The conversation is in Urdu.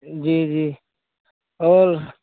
جی جی اور